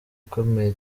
ukomeye